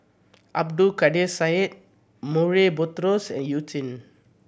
Abdul Kadir Syed Murray Buttrose and You Jin